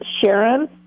Sharon